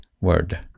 word